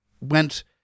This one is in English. went